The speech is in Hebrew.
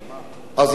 אז יש תרבות,